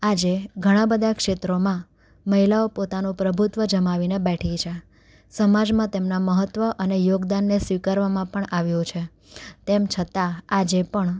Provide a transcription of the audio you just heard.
આજે ઘણા બધા ક્ષેત્રોમાં મહિલાઓ પોતાનું પ્રભુત્વ જમાવીને બેઠી છે સમાજમાં તેમના મહત્ત્વ અને યોગદાનને સ્વીકારવામાં પણ આવ્યું છે તેમ છતાં આજે પણ